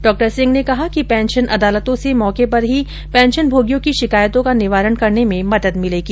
डॉ सिंह ने कहा कि पेंशन अदालतों से मौके पर ही पेंशनमोगियों की शिकायतों का निवारण करने में मदद भिलेगी